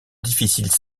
difficile